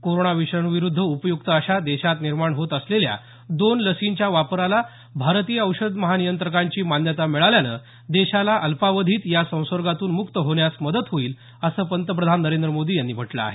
corona विषाणूविरुध्द उपयुक्त अशा देशात निर्माण होत असलेल्या दोन लसींच्या वापराला भारतीय औषध महानियंत्रकांची मान्यता मिळाल्यानं देशाला अल्पावधीत या संसर्गातून मुक्त होण्यास मदत होईल असं पंतप्रधान नरेंद्र मोदी यांनी म्हटलं आहे